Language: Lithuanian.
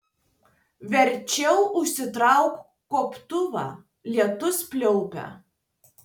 verčiau užsitrauk gobtuvą lietus pliaupia